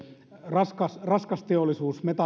raskas raskas teollisuus